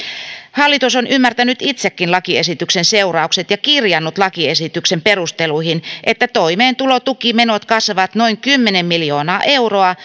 hallitus on ymmärtänyt itsekin lakiesityksen seuraukset ja kirjannut lakiesityksen perusteluihin että toimeentulotukimenot kasvavat noin kymmenen miljoonaa euroa